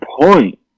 point